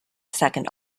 second